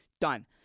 Done